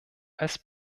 als